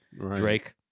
drake